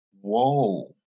whoa